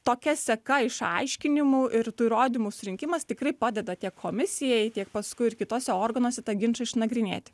tokia seka išaiškinimų ir tų įrodymų surinkimas tikrai padeda tiek komisijai tiek paskui ir kituose organuose ginčui išnagrinėti